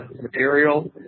material